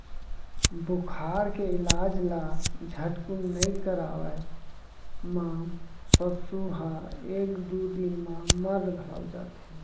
बुखार के इलाज ल झटकुन नइ करवाए म पसु ह एक दू दिन म मर घलौ जाथे